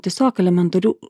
tiesiog elementarių